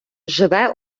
живе